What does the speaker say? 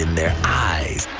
their eyes,